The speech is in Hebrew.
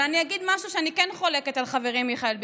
אבל אני אגיד משהו שבו אני כן חולקת על חברי מיכאל ביטון: